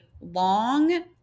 long